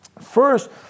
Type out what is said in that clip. first